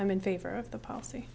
i'm in favor of the policy